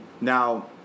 Now